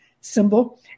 symbol